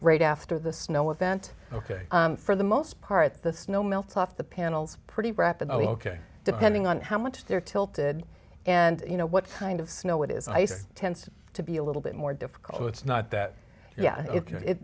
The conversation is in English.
right after the snow event ok for the most part the snow melts off the panels pretty rapid ok depending on how much they're tilted and you know what kind of snow it is ice tends to be a little bit more difficult it's not that yeah i